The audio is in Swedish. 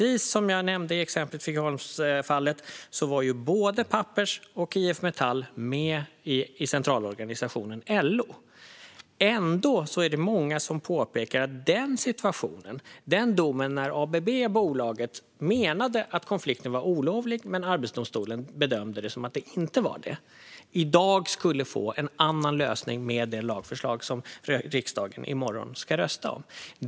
I Figeholmsfallet var som sagt både Pappers och IF Metall med i centralorganisationen LO. Ändå menar många att fallet där bolaget ABB ansåg att konflikten var olovlig medan Arbetsdomstolen bedömde att den inte var det skulle få en annan lösning med det lagförslag som riksdagen ska rösta om i morgon.